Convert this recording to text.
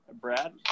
Brad